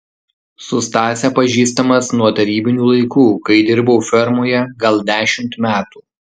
su stase pažįstamas nuo tarybinių laikų kai dirbau fermoje gal dešimt metų